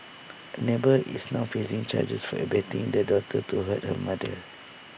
A neighbour is now facing charges for abetting daughter to do hurt her mother